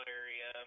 area